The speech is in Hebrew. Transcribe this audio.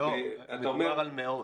מדובר על מאות.